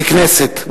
the Knesset.